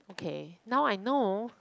okay now I know